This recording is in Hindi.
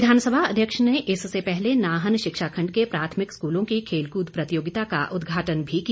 विधानसभा अध्यक्ष ने इससे पहले नाहन शिक्षा खंड के प्राथमिक स्कूलों की खेल कूद प्रतियोगिता का उदघाटन भी किया